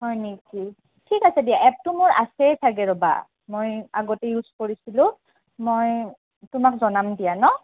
হয় নেকি ঠিক আছে দিয়া এপটো মোৰ আছে চাগে ৰ'বা মই আগতে ইউজ কৰিছিলোঁ মই তোমাক জনাম দিয়া ন